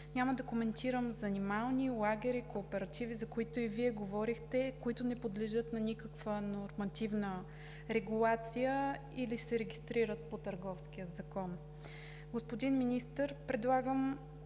Няма да коментирам занимални, лагери, кооперативи, за които и Вие говорихте, които не подлежат на никаква нормативна регулация или се регистрират по Търговския закон. Господин Министър, предлагам